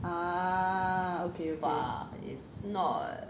ah okay okay